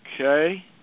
Okay